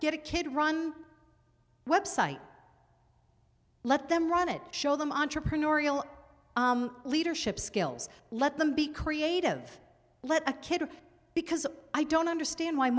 get a kid run website let them run it show them entrepreneurial leadership skills let them be creative let a kid because i don't understand why